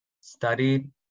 studied